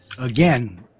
Again